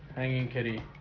hanging kitty